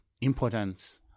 importance